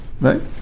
right